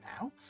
now